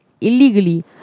Illegally